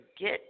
get